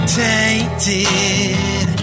tainted